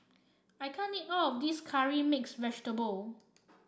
I can't eat all of this Curry Mixed Vegetable